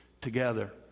together